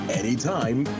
anytime